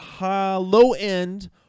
low-end